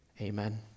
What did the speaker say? Amen